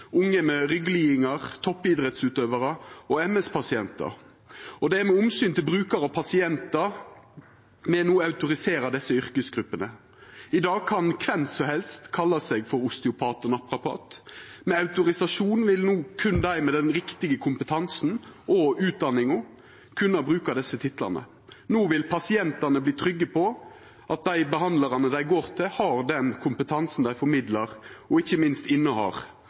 unge med rygglidingar, toppidrettsutøvarar og MS-pasientar. Det er med omsyn til brukarar og pasientar me no autoriserer desse yrkesgruppene. I dag kan kven som helst kalla seg osteopat og naprapat. Med autorisasjon vil no berre dei med den riktige kompetansen og utdanninga kunna bruka desse titlane. No vil pasientane verta trygge på at dei behandlarane dei går til, har den kompetansen dei formidlar, og ikkje minst at dei innehar